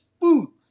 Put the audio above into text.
food